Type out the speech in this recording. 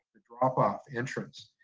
drop-off, entrance?